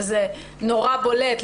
וזה נורא בולט.